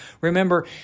Remember